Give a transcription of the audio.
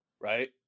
Right